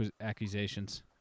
accusations